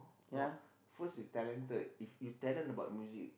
uh first is talented if you talent about music